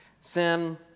sin